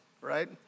right